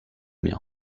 bien